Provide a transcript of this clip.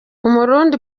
umurundi